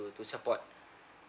to to support